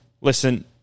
Listen